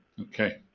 Okay